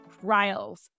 Trials